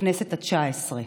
בכנסת התשע-עשרה.